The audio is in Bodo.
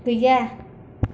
गैया